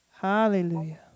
Hallelujah